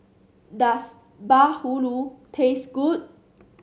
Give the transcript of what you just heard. does bahulu taste good